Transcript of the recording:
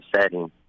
setting